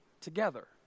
together